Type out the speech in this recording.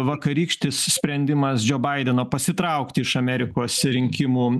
vakarykštis sprendimas džo baideno pasitraukti iš amerikos rinkimų